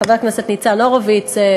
חבר הכנסת ניצן הורוביץ,